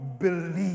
believe